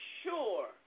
sure